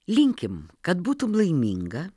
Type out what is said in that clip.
linkim kad būtum laiminga